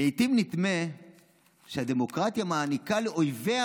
"לעיתים נדמה שהדמוקרטיה מעניקה לאויביה